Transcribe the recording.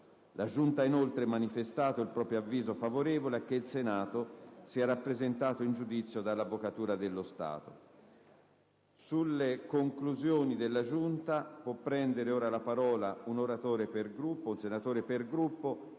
La Giunta ha, inoltre, manifestato il proprio avviso favorevole a che il Senato sia rappresentato in giudizio dall'Avvocatura dello Stato. Sulle conclusioni della Giunta può prendere la parola un oratore per Gruppo per non